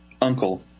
uncle